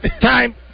time